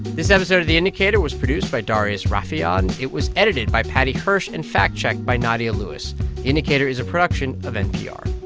this episode of the indicator was produced by darius rafieyan. it was edited by paddy hirsch and fact-checked by nadia lewis. the indicator is a production of npr